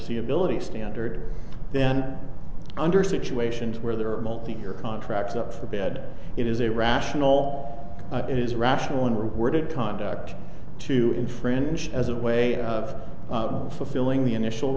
forsee ability standard then under situations where there are multi year contracts up for bed it is a rational it is rational and rewarded conduct to infringe as a way of fulfilling the initial